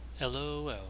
LOL